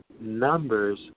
numbers